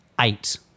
Eight